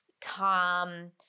calm